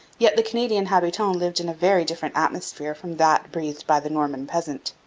yet the canadian habitant lived in a very different atmosphere from that breathed by the norman peasant.